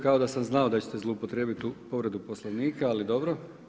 Kao da sam znao da ćete zloupotrijebiti povredu Poslovnika, ali dobro.